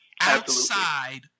outside